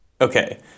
okay